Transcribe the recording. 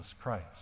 Christ